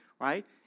right